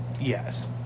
Yes